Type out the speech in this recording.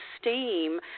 steam